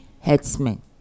headsmen